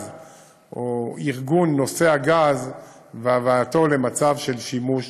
או ארגון נושא הגז והבאתו למצב של שימוש